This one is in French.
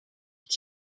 est